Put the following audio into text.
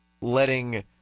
letting